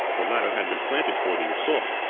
a ladder had been planted for the assault,